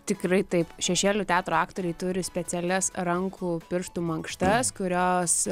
tikrai taip šešėlių teatro aktoriai turi specialias rankų pirštų mankštas kurios